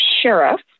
sheriff